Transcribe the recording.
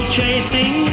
chasing